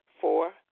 Four